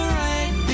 right